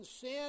sin